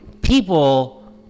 people